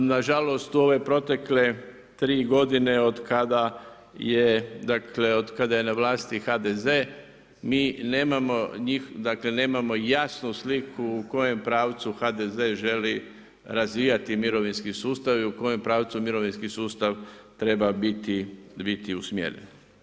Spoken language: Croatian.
Nažalost, u ove protekle 3 godine od kada je dakle, od kada je na vlasti HDZ, mi nemamo njih, dakle, nemamo jasnu sliku u kojem pravcu HDZ želi razvijati mirovinski sustav i u kojem pravcu mirovinski sustav treba biti usmjeren.